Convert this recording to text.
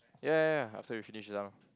ya ya ya after we finish this round